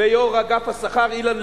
ויושב-ראש אגף השכר אילן לוין.